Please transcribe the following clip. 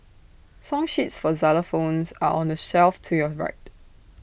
song sheets for xylophones are on the shelf to your right